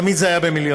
תמיד זה היה במיליונים,